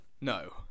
no